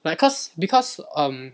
like cause because um